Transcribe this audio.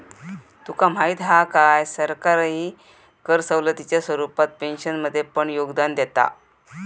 तुका माहीत हा काय, सरकारही कर सवलतीच्या स्वरूपात पेन्शनमध्ये पण योगदान देता